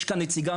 יש כאן נציגה,